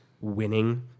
winning